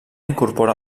incorpora